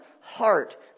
heart